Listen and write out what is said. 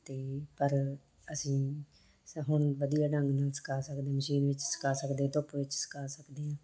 ਤਾਂ ਪਰ ਅਸੀਂ ਸ ਹੁਣ ਵਧੀਆ ਢੰਗ ਨਾਲ ਸੁਕਾ ਸਕਦੇ ਆ ਮਸ਼ੀਨ ਵਿੱਚ ਸੁਕਾ ਸਕਦੇ ਧੁੱਪ ਵਿੱਚ ਸੁਕਾ ਸਕਦੇ ਹੈ